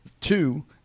Two